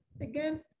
again